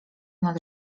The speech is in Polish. nad